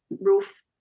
roof